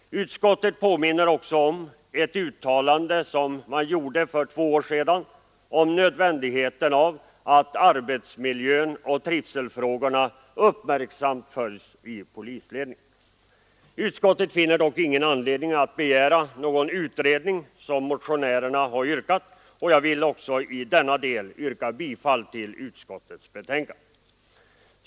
Utskottet påminner också om ett uttalande som man gjorde för två år sedan om nödvändigheten av att arbetsmiljön och trivselfrågorna uppmärksamt följs av polisledningen. Utskottet finner dock ingen anledning att begära någon utredning, vilket motionärerna yrkat. Jag vill också i denna del yrka bifall till utskottets hemställan.